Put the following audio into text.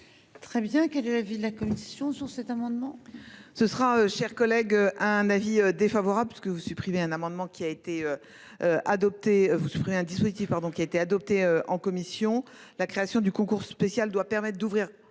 Très bien qu'elle est la ville la commission sur cet amendement.